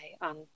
on